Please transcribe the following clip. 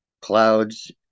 clouds